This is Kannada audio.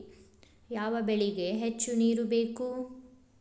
ಯಾವ ಬೆಳಿಗೆ ಹೆಚ್ಚು ನೇರು ಬೇಕು?